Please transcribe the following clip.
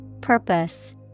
Purpose